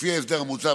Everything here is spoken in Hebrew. לפי ההסדר המוצע,